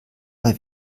bei